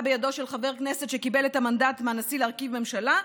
בידו של חבר כנסת שקיבל את המנדט מהנשיא להרכיב ממשלה,